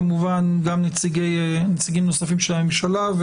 כמובן שגם נציגים נוספים של הממשלה,